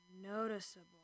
noticeable